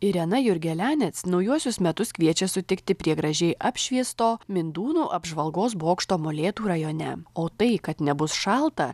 irena jurgelianec naujuosius metus kviečia sutikti prie gražiai apšviesto mindūnų apžvalgos bokšto molėtų rajone o tai kad nebus šalta